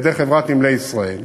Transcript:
על-ידי חברת "נמלי ישראל"